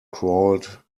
crawled